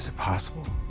so possible?